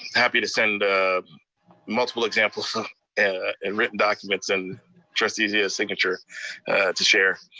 happy to send multiple examples and written documents, and trustee zia's signature to share.